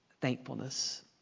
thankfulness